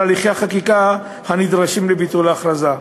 הליכי החקיקה הנדרשים לביטול ההכרזה.